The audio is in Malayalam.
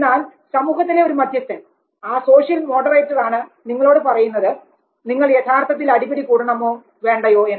എന്നാൽ സമൂഹത്തിലെ ഒരു മധ്യസ്ഥൻ ആ സോഷ്യൽ മോഡറേറ്റർ ആണ് നിങ്ങളോട് പറയുന്നത് നിങ്ങൾ യഥാർത്ഥത്തിൽ അടിപിടി കൂടണമോ വേണ്ടയോ എന്ന്